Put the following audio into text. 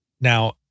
Now